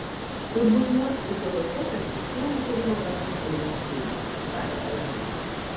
turbūt nuosmukio laikotarpiu filmų kūrimo verslas einasi sunkiai taria elena